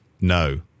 No